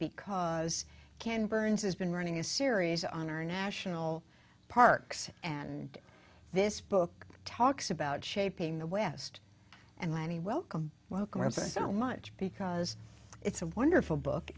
because ken burns has been running a series on our national parks and this book talks about shaping the west and lanny welcome welcome so much because it's a wonderful book